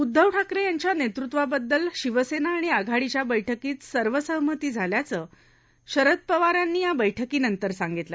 उद्धव ठाकरे यांच्या नेतृत्वाबद्दल शिवसेना आणि आघाडीच्या बैठकीत सर्वसहमत झाल्याचं शरद पवार यांन या बैठकीनंतर सांगितलं